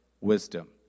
Wisdom